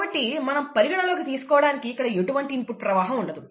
కాబట్టి మనం పరిగణనలోకి తీసుకోవడానికి ఇక్కడ ఎటువంటి ఇన్పుట్ ప్రవాహం ఉండదు